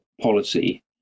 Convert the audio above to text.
policy